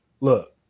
look